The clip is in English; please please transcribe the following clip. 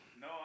No